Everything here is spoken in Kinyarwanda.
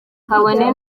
kabone